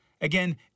Again